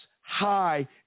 high